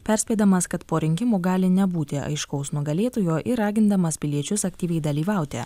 perspėdamas kad po rinkimų gali nebūti aiškaus nugalėtojo ir ragindamas piliečius aktyviai dalyvauti